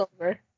over